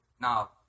Now